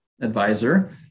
advisor